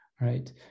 right